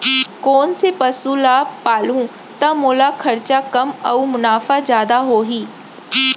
कोन से पसु ला पालहूँ त मोला खरचा कम अऊ मुनाफा जादा होही?